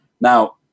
now